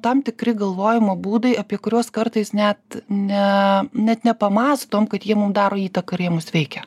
tam tikri galvojimo būdai apie kuriuos kartais net ne net nepamąstom kad jie mum daro įtaką ir jie mus veikia